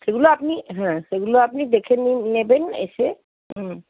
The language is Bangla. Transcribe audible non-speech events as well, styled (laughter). সেগুলো আপনি হ্যাঁ সেগুলো আপনি দেখে (unintelligible) নেবেন এসে হুম